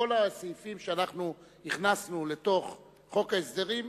כל הסעיפים שאנחנו הכנסנו לתוך חוק ההסדרים,